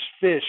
Fish